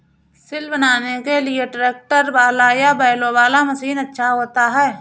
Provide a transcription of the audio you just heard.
सिल बनाने के लिए ट्रैक्टर वाला या बैलों वाला मशीन अच्छा होता है?